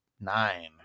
nine